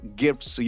gifts